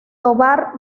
tovar